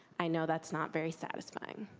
i know that's not very satisfying.